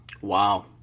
Wow